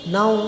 Now